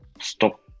stop